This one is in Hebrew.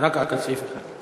סעיף 1 נתקבל.